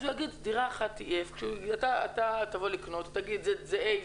אז הוא יגיד שדירה אחת היא F. כשאתה תבוא לקנות ותשאל אם זה A,